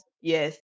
yes